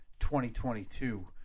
2022